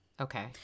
Okay